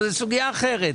אבל זו סוגיה אחרת.